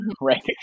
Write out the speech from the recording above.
right